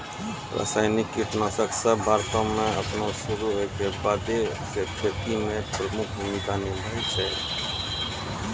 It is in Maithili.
रसायनिक कीटनाशक सभ भारतो मे अपनो शुरू होय के बादे से खेती मे प्रमुख भूमिका निभैने छै